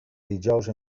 dijous